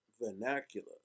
vernacular